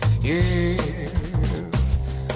yes